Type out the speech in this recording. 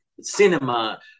cinema